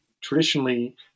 traditionally